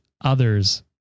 others